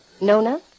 Nona